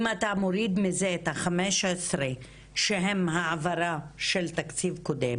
אם אתה מוריד מזה 15 שהם העברה של תקציב קודם